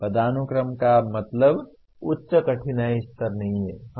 पदानुक्रम का मतलब उच्च कठिनाई स्तर नहीं है